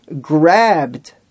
grabbed